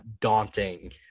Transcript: daunting